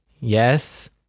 yes